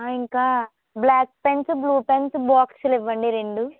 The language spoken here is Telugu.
ఇంకా బ్ల్యాక్ పెన్స్ బ్లూ పెన్స్ బాక్స్లివ్వండి రెండు